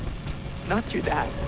not through that.